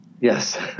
Yes